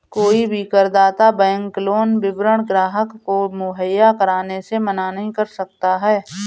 कोई भी करदाता बैंक लोन विवरण ग्राहक को मुहैया कराने से मना नहीं कर सकता है